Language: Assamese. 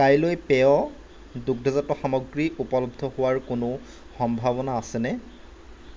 কাইলৈ পেয় দুগ্ধজাত সামগ্ৰী উপলব্ধ হোৱাৰ কোনো সম্ভাৱনা আছেনে